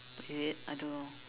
is it I don't know